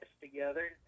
together